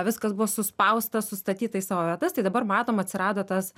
viskas buvo suspausta sustatyta į savo vietas tai dabar matom atsirado tas